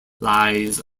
lies